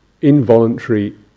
involuntary